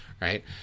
right